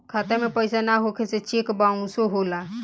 खाता में पइसा ना होखे से चेक बाउंसो होला